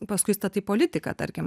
paskui statai politiką tarkim